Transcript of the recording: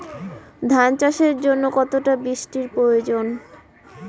ধান চাষের জন্য কতটা বৃষ্টির দরকার?